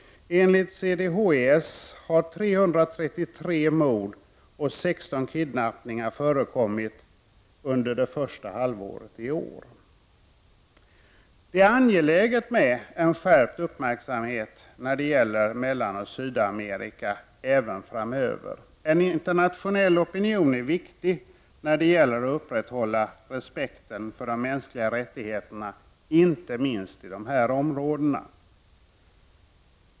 Enligt CDHES har 333 mord och 16 kidnappningar förekommit under det första kvartalet i år. Det är angeläget med en skärpt uppmärksamhet vad gäller förhållandena i Mellanoch Sydamerika även framöver. En internationell opinion är viktig för att upprätthålla respekten för de mänskliga rättigheterna, inte minst i dessa områden.